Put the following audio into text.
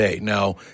Now